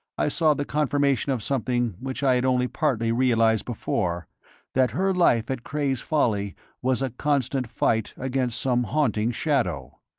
i saw the confirmation of something which i had only partly realised before that her life at cray's folly was a constant fight against some haunting shadow.